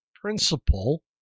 principle